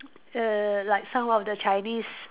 err like some of the Chinese